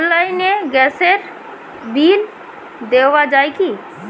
অনলাইনে গ্যাসের বিল দেওয়া যায় কি?